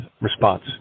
response